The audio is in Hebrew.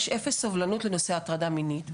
יש אפס סובלנות לנושא הטרדה מינית.